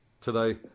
today